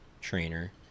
trainer